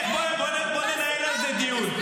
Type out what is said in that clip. בואי ננהל על זה דיון.